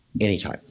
anytime